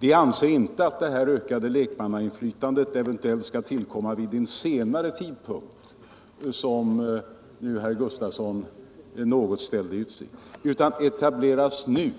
De anser inte att det här ökade lekmannainflytandet eventuellt skall införas vid en senare tidpunkt, som herr Gustavsson ställde i utsikt, utan etableras nu.